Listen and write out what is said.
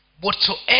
whatsoever